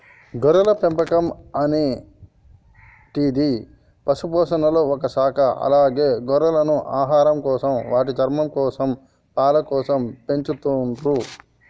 గొర్రెల పెంపకం అనేటిది పశుపోషణలొ ఒక శాఖ అలాగే గొర్రెలను ఆహారంకోసం, వాటి చర్మంకోసం, పాలకోసం పెంచతుర్రు